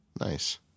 Nice